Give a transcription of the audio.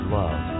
love